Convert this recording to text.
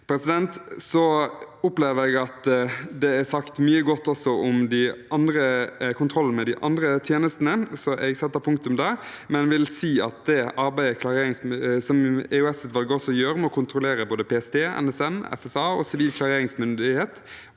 Jeg opplever at det er sagt mye godt om kontrollen med de andre tjenestene, så jeg setter punktum der. Jeg vil til slutt likevel si at også det arbeidet EOS-utvalget gjør med å kontrollere PST, NSM, FSA og Sivil klareringsmyndighet,